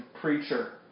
preacher